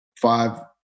five